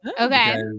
Okay